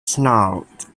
snarled